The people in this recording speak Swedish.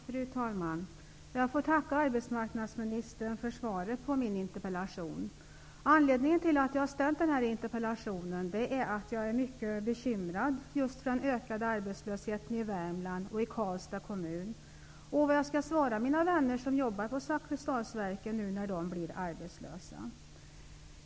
Fru talman! Jag får tacka arbetsmarknadsministern för svaret på min interpellation. Anledningen till att jag har ställt interpellationen är att jag är mycket bekymrad för den ökade arbetslösheten i Värmland och i Karlstads kommun och vad jag skall svara mina vänner som jobbar på Zakrisdalsverken nu när de blir arbetslösa.